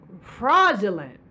fraudulent